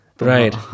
Right